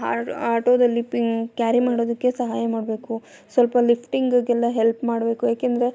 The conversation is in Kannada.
ಆಟೋದಲ್ಲಿ ಪಿನ್ ಕ್ಯಾರಿ ಮಾಡೋದಕ್ಕೆ ಸಹಾಯ ಮಾಡಬೇಕು ಸ್ವಲ್ಪ ಲಿಫ್ಟಿಂಗ್ಗೆಲ್ಲ ಹೆಲ್ಪ್ ಮಾಡಬೇಕು ಏಕೆಂದ್ರೆ